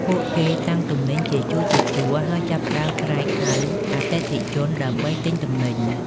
ពួកគេតាំងទំនិញជាជួរៗ ហើយចាប់ផ្តើមស្រែកហៅអតិថិជនដើម្បីទិញទំនិញ។